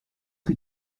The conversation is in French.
rue